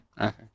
Okay